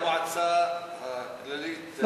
דצמבר זה המועצה הכללית,